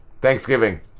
Thanksgiving